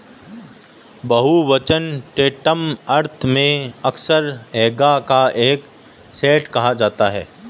बहुवचन टैंटम अर्थ में अक्सर हैगा का एक सेट कहा जाता है